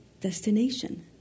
destination